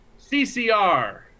CCR